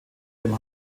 dem